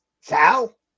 Sal